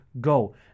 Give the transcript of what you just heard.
go